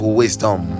wisdom